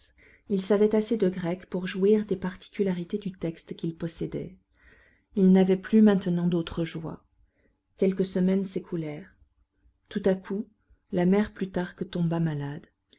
il savait assez de grec pour jouir des particularités du texte qu'il possédait il n'avait plus maintenant d'autre joie quelques semaines s'écoulèrent tout à coup la mère plutarque tomba malade